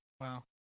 Wow